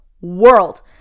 world